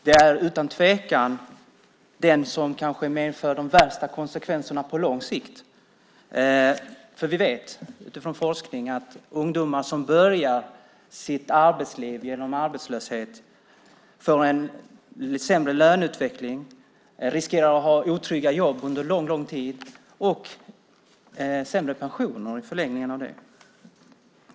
Det är utan tvekan den som kanske medför de värsta konsekvenserna på lång sikt, för vi vet utifrån forskning att ungdomar som börjar sitt arbetsliv genom arbetslöshet får en sämre löneutveckling, riskerar att ha otrygga jobb under lång tid och får sämre pensioner i förlängningen av det.